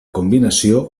combinació